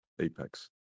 apex